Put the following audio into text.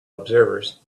observers